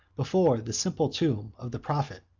before the simple tomb of the prophet.